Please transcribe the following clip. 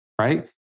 right